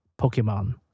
Pokemon